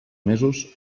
mesos